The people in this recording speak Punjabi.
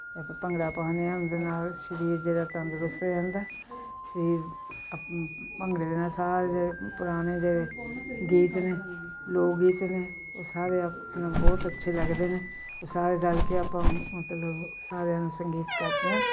ਆਪਾਂ ਭੰਗੜਾ ਪਾਉਂਦੇ ਹਾਂ ਉਹਦੇ ਨਾਲ ਸਰੀਰ ਜਿਹੜਾ ਤੰਦਰੁਸਤ ਹੋ ਜਾਂਦਾ ਸਰੀਰ ਭੰਗੜੇ ਦੇ ਨਾਲ ਸਾਰੇ ਪੁਰਾਣੇ ਜਿਹੜੇ ਗੀਤ ਨੇ ਲੋਕ ਗੀਤ ਨੇ ਉਹ ਸਾਰੇ ਆਪਣੇ ਬਹੁਤ ਅੱਛੇ ਲੱਗਦੇ ਨੇ ਸਾਰੇ ਰਲ ਕੇ ਆਪਾਂ ਮਤਲਬ ਸਾਰਿਆਂ ਨੂੰ ਸੰਗੀਤ ਕਰਦੇ ਆ